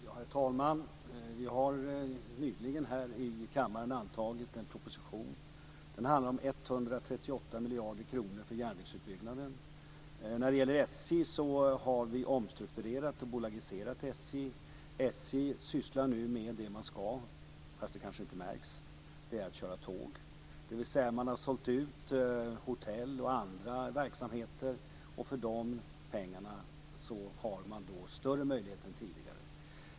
Herr talman! Vi har nyligen här i kammaren antagit en proposition. Den handlar om 138 miljarder kronor för järnvägsutbyggnaden. Vi har omstrukturerat och bolagiserat SJ. SJ sysslar nu med det som SJ ska - fast det kanske inte märks - och det är att köra tåg. Man har alltså sålt ut hotell och andra verksamheter och med de pengarna har man nu större möjligheter än tidigare.